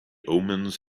omens